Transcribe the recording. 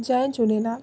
Jay Jhulelal